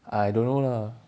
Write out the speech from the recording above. I don't know lah